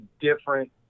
different